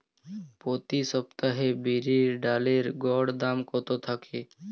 প্রতি সপ্তাহে বিরির ডালের গড় দাম কত থাকে?